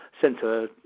centre